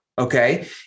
Okay